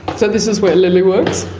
so this is where lily works?